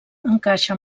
encaixa